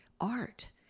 art